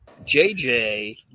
JJ